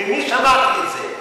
ממי שמעתי את זה.